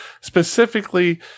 specifically